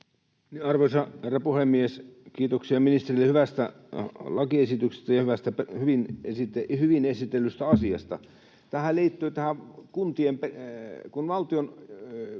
Arvoisa herra puhemies! Kiitoksia ministerille hyvästä lakiesityksestä ja hyvin esitellystä asiasta. Henkilö kun kuolee,